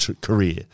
career